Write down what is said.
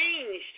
changed